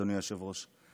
אדוני היושב-ראש.